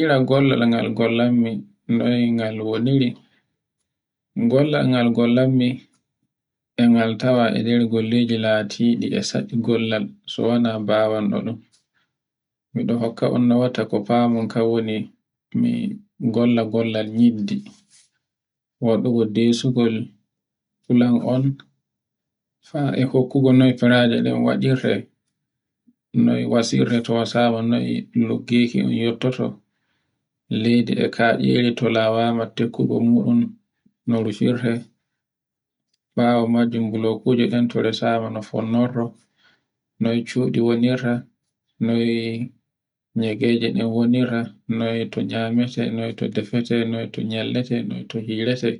Ira gollal ngal gollanmi noy ngal woniri. Gollal ngal gollanmi e ngal tawa e nde golleji latiɗi e saɗi gollal, so wana bawanɗo ɗun. Miɗo hokka on nowatta ko bawon kan woni, mi golla golla nyidde, waɗugo ndesugol fulan on haa e hokkugo noy toraje nden nwaɗirte, noy wasirte to wasama iroggeki on yottoto leydi ɗi kacciri to lawa ma tukkugu muɗum no rufirte, ɓawo majun bulokuje to resama nof kornonrto, noy cuɗi wonnirta, noyto nayame te, noy to defirte, nyallete, noy to hirete